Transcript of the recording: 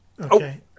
Okay